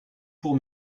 pour